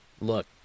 Look